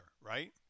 right